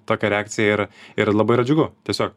tokia reakcija ir ir labai yra džiugu tiesiog